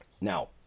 Now